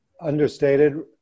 understated